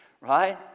right